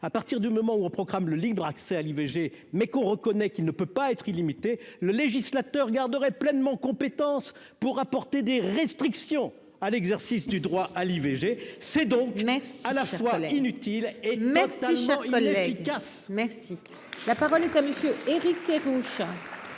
à partir du moment où on programme le libre accès à l'IVG mais qu'on reconnaît qu'il ne peut pas être illimité, le législateur garderait pleinement compétence pour apporter des restrictions à l'exercice du droit à l'IVG, c'est donc à la fois inutile. Et merci Jean Moloui efficace merci, la parole est à monsieur Éric. Merci